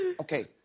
Okay